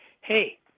hey